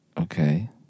Okay